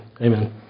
Amen